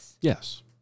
yes